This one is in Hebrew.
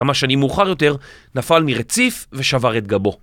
כמה שנים מאוחר יותר נפל מרציף ושבר את גבו.